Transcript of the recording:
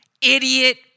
idiot